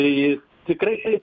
tai tikrai